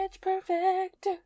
perfect